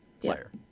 player